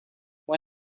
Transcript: why